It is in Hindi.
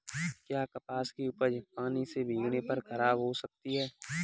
क्या कपास की उपज पानी से भीगने पर खराब हो सकती है?